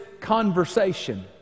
conversation